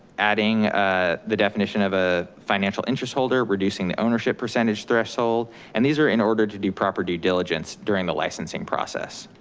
adding ah the definition of a financial interest holder reducing the ownership percentage threshold and these are in order to do proper due diligence during the licensing process.